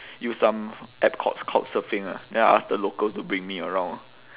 use some app called couchsurfing lah then I ask the local to bring me around